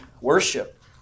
worship